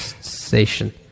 Station